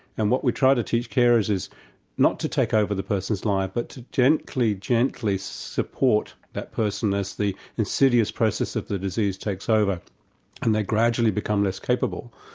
and what we try to teach carers is not to take over the person's life but to gently, gently support that person as the insidious process of the disease takes over and they gradually become less capable.